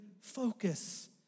focus